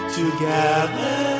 together